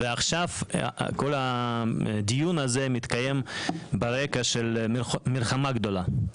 ועכשיו, כל הדיון הזה מתקיים ברקע של מלחמה גדולה.